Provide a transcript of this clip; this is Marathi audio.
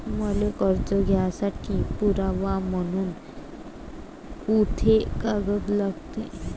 मले कर्ज घ्यासाठी पुरावा म्हनून कुंते कागद लागते?